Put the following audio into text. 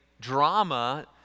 drama